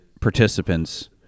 participants